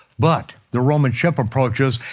but, the roman ship approaches,